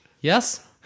Yes